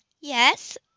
Yes